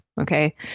Okay